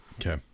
Okay